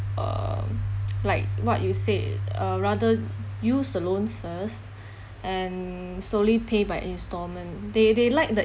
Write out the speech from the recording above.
um like what you said uh rather use a loan first and slowly pay by instalment they they like the